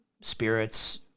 spirits